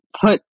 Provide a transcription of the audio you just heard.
put